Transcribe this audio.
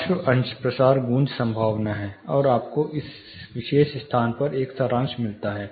पार्श्व अंश प्रसार गूंज संभावना है और आपको इस विशेष स्थान पर एक सारांश मिलता है